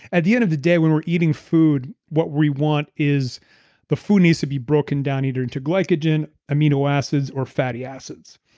at the end of the day, when we're eating food, what we want is the food needs to be broken down either into glycogen, amino acids, or fatty acids.